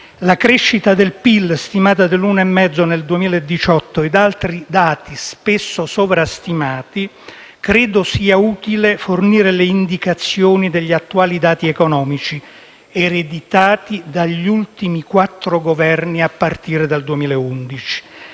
la crescita del PIL stimata dell'1,5 nel 2018 e altri dati, spesso sovrastimati, credo sia utile fornire le indicazioni degli attuali dati economici, ereditati dagli ultimi quattro Governi a partire dal 2011.